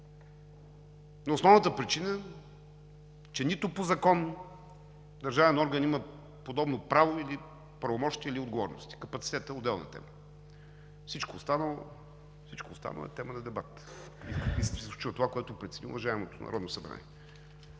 но основната причина, че нито по закон държавен орган има подобно право, правомощие или отговорности. Капацитетът е отделна тема. Всичко останало е тема на дебат и се случва това, което прецени уважаемото Народно събрание.